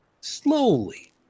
slowly